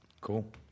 Cool